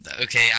Okay